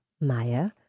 Maya